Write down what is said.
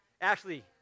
Ashley